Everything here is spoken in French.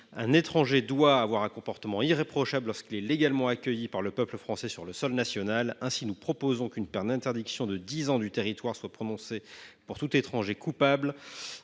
Un étranger doit avoir un comportement irréprochable lorsqu’il est légalement accueilli par le peuple français sur le sol national. Ainsi, nous proposons qu’une peine d’interdiction de dix ans du territoire soit prononcée pour tout étranger coupable